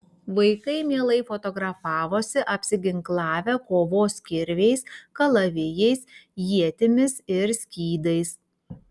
vaikai mielai fotografavosi apsiginklavę kovos kirviais kalavijais ietimis ir skydais